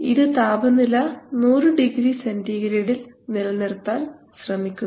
ഇത് താപനില 100 ഡിഗ്രി സെൻറിഗ്രേഡിൽ നിലനിർത്താൻ ശ്രമിക്കുന്നു